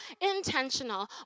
intentional